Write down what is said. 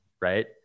right